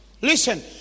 Listen